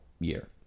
year